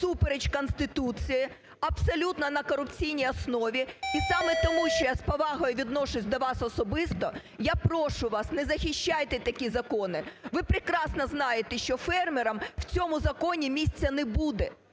всупереч Конституції, абсолютно на корупційній основі. І саме тому, що я з повагою відношуся до вас особисто, я прошу вас: не захищайте такі закони. Ви прекрасно знаєте, що фермерам в цьому законі місця не буде.